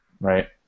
Right